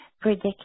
Predict